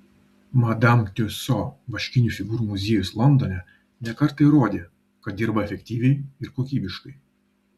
madam tiuso vaškinių figūrų muziejus londone ne kartą įrodė kad dirba efektyviai ir kokybiškai